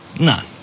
None